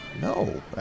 No